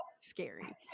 scary